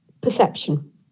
perception